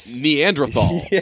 Neanderthal